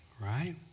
right